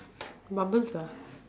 bubbles ah